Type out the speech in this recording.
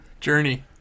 Journey